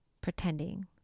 pretending